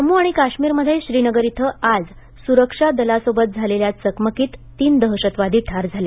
जम्मू आणि काश्मीरमध्ये श्रीनगर इथं आज सुरक्षा दलांसोबत झालेल्या चकमकीत तीन दहशतवादी ठार झाले